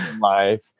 life